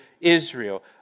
Israel